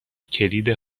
کلید